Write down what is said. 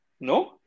No